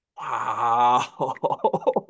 Wow